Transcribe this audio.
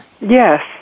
Yes